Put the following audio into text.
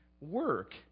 work